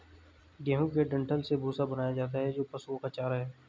गेहूं के डंठल से भूसा बनाया जाता है जो पशुओं का चारा है